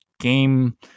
game